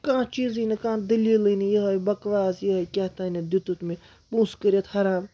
کانٛہہ چیٖزٕے نہٕ کانٛہہ دٔلیٖلٕے نہٕ یِہٕے بَکواس یِہٕے کیٛاہ تانٮ۪تھ دِتُھ مےٚ پونٛسہٕ کٔرِتھ حرام